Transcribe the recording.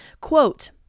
Quote